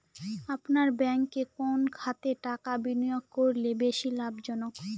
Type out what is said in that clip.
আপনার ব্যাংকে কোন খাতে টাকা বিনিয়োগ করলে বেশি লাভজনক?